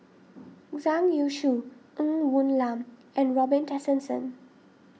Zhang Youshuo Ng Woon Lam and Robin Tessensohn